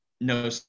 no